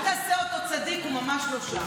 אל תעשה אותו צדיק, הוא ממש לא שם.